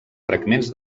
fragments